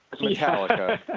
Metallica